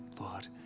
Lord